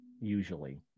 usually